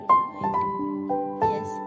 Yes